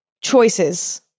choices